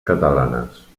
catalanes